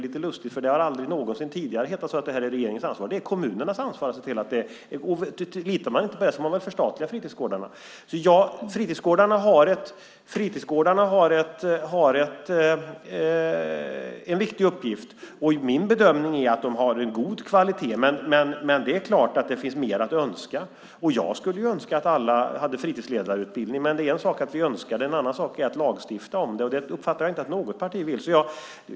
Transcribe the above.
Det har aldrig någonsin tidigare hetat att det här är regeringens ansvar. Det är kommunernas ansvar. Litar man inte på det får man väl förstatliga fritidsgårdarna. Fritidsgårdarna har en viktig uppgift. Det är min bedömning att de har god kvalitet, men det är klart att det finns mer att önska. Jag skulle önska att alla hade fritidsledarutbildning, men det är en sak att önska det och en annan sak att lagstifta om det, och jag uppfattar inte att något parti vill det.